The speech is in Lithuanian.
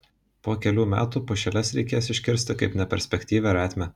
po kelių metų pušeles reikės iškirsti kaip neperspektyvią retmę